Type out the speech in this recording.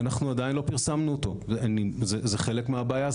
עדין לא פרסמנו אותו, זה חלק מהבעיה.